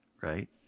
right